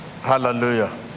Hallelujah